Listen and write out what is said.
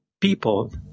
people